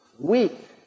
Weak